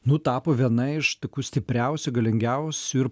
nu tapo viena iš tokių stipriausių galingiausių ir